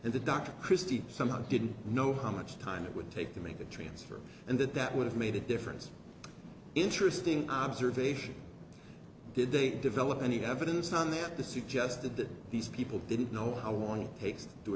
and the doctor christie somehow didn't know how much time it would take to make the transfer and that that would have made a difference interesting observation did they develop any evidence on that the suggested that these people didn't know how long it takes to